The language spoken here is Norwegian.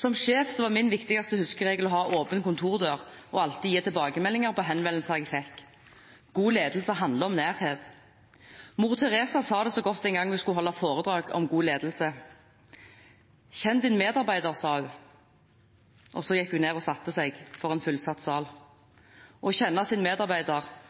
Som sjef var min viktigste huskeregel å ha åpen kontordør og alltid gi tilbakemeldinger på henvendelser jeg fikk. God ledelse handler om nærhet. Mor Teresa sa det så godt en gang hun skulle holde foredrag om god ledelse: Kjenn din medarbeider, sa hun. Og så gikk hun ned og satte seg, i en fullsatt sal. Å kjenne sin medarbeider